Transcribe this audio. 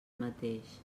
mateix